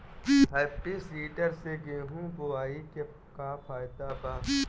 Happy seeder से गेहूं बोआई के का फायदा बा?